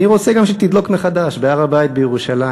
אני רוצה גם שהיא תדלוק מחדש בהר-הבית בירושלים.